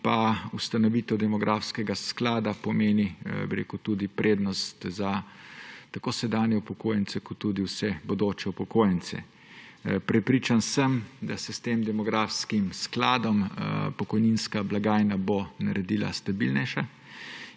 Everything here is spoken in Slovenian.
pa ustanovitev demografskega sklada pomeni tudi prednost tako za sedanje upokojence kot tudi za vse bodoče upokojence. Prepričan sem, da bo s tem demografskim skladom pokojninska blagajna postala stabilnejša